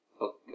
Okay